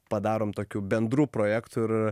padarom tokių bendrų projektų ir